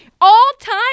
All-time